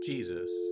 Jesus